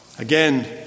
Again